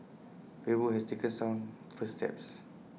Facebook has taken some first steps